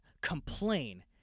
complain